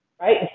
right